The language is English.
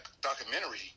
documentary